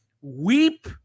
Weep